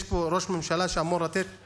יש פה ראש ממשלה שאמור לתת